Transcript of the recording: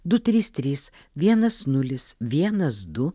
du trys trys vienas nulis vienas du